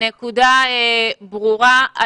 הנקודה ברורה.